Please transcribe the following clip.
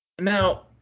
Now